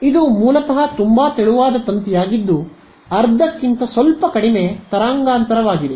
ಆದ್ದರಿಂದ ಇದು ಮೂಲತಃ ತುಂಬಾ ತೆಳುವಾದ ತಂತಿಯಾಗಿದ್ದು ಅರ್ಧಕ್ಕಿಂತ ಸ್ವಲ್ಪ ಕಡಿಮೆ ತರಂಗಾಂತರವಾಗಿದೆ